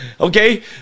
Okay